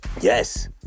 Yes